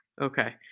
Okay